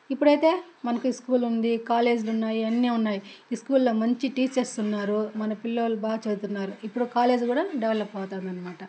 ఇప్పుడైతే మనకి స్కూలు ఉంది కాలేజులు ఉన్నాయి అన్నీ ఉన్నాయి స్కూళ్ళో మంచి టీచర్సు ఉన్నారు మన పిల్లోళ్ళు బాగా చదువుతున్నారు ఇప్పుడు కాలేజ్ కూడా డెవలప్ అవుతూ ఉందన్నమాట